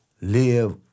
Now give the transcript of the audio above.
live